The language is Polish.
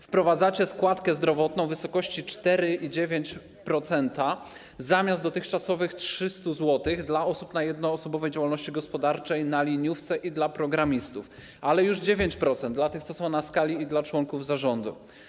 Wprowadzacie składkę zdrowotną w wysokości 4,9% zamiast dotychczasowych 300 zł dla osób na jednoosobowej działalności gospodarczej na liniówce i dla programistów, ale już 9% dla tych, co są na skali, i dla członków zarządu.